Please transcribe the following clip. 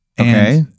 Okay